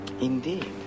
Indeed